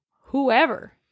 whoever